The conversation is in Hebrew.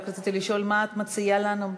רק רציתי לשאול מה את מציעה לנו,